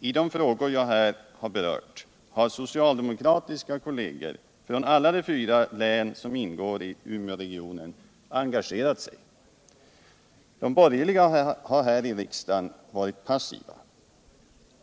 I de frågor jag här berört har socialdemokratiska kolleger från alla fyra länen som ingår i Umeåregionen engagerat sig. De borgerliga har här i riksdagen varit passiva.